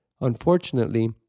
Unfortunately